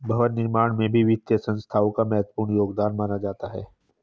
भवन निर्माण में भी वित्तीय संस्थाओं का महत्वपूर्ण योगदान माना जाता है